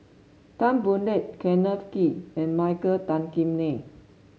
Tan Boo Liat Kenneth Kee and Michael Tan Kim Nei